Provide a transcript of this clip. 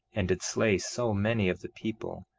and did slay so many of the people,